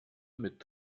mit